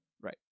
right